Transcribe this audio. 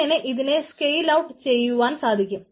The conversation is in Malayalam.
അങ്ങനെ ഇതിനെ സ്കെയിൽ ഔട്ട്ഉം ചെയ്യുവാൻ സാധിക്കും